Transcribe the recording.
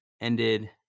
ended